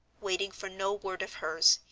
waiting for no word of hers,